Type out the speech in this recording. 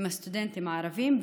הם הסטודנטים הערבים,